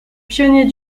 pionnier